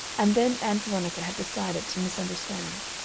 and then ann veronica had decided to misunderstand.